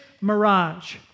mirage